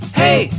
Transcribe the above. hey